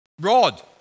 rod